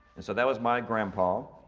and so that was my grandpa.